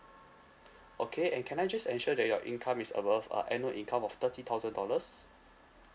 okay and can I just ensure that your income is above uh annual income of thirty thousand dollars